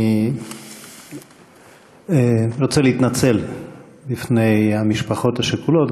אני רוצה להתנצל בפני המשפחות השכולות,